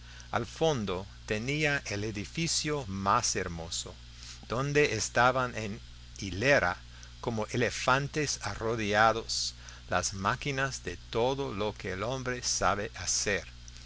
al fondo tenía el edificio más hermoso donde estaban en hilera como elefantes arrodillados las máquinas de todo lo que el hombre sabe hacer